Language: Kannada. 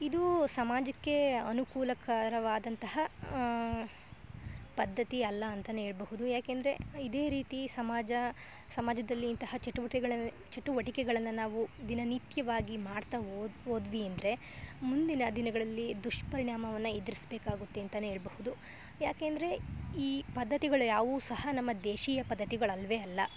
ಇದು ಸಮಾಜಕ್ಕೆ ಅನುಕೂಲಕರವಾದಂತಹ ಪದ್ದತಿ ಅಲ್ಲ ಅಂತಾನೆ ಹೇಳ್ಬಹುದು ಯಾಕೆಂದರೆ ಇದೇ ರೀತಿ ಸಮಾಜ ಸಮಾಜದಲ್ಲಿ ಇಂತಹ ಚಟುವಟಿಕೆಗಳೆನ ಚಟುವಟಿಕೆಗಳನ್ನು ನಾವು ದಿನನಿತ್ಯವಾಗಿ ಮಾಡ್ತಾ ಓದು ಹೋದ್ವಿ ಅಂದರೆ ಮುಂದಿನ ದಿನಗಳಲ್ಲಿ ದುಷ್ಪರಿಣಾಮವನ್ನು ಎದುರಿಸ್ಬೇಕಾಗುತ್ತೆ ಅಂತಾನೆ ಹೇಳ್ಬಹುದು ಯಾಕೆಂದರೆ ಈ ಪದ್ದತಿಗಳು ಯಾವುವೂ ಸಹ ನಮ್ಮ ದೇಶಿಯ ಪದ್ದತಿಗಳು ಅಲ್ಲವೇ ಅಲ್ಲ